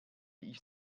ich